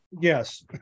Yes